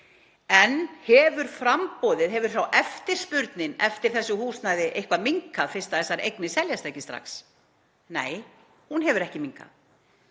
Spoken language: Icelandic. fasteignamarkaði. En hefur eftirspurnin eftir þessu húsnæði eitthvað minnkað fyrst þessar eignir seljast ekki strax? Nei, hún hefur ekki minnkað.